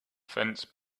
fence